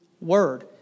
Word